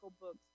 books